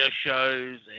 shows